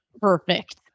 Perfect